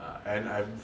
and I'm